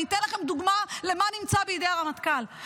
אני אתן לכם דוגמה מה נמצא בידי הרמטכ"ל: